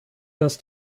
dass